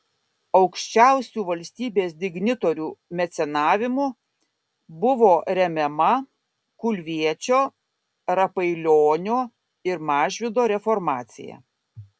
aukščiausių valstybės dignitorių mecenavimu buvo remiama kulviečio rapailionio ir mažvydo reformacija